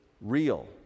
real